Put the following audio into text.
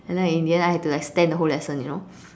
and then in the end I had to like stand the whole lesson you know